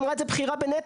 אמרה את זה בכירה בנת"ע,